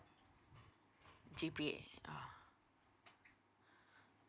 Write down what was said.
G_P ah